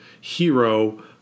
hero